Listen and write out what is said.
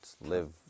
Live